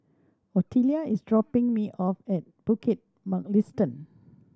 Ottilia is dropping me off at Bukit Mugliston